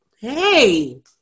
hey